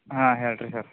ಹಾಂ ಹೇಳಿರಿ ಹೇಳಿ